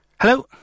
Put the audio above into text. Hello